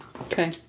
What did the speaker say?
Okay